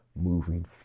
moving